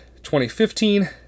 2015